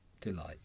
delight